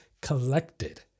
collected